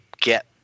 get